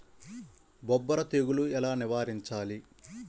బొబ్బర తెగులు ఎలా నివారించాలి?